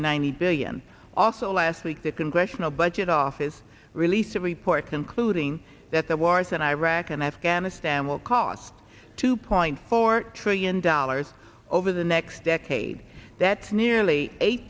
ninety billion also last week the congressional budget office released a report concluding that the wars in iraq and afghanistan will cost two point four trillion dollars over the next decade that's nearly eight